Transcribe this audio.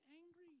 angry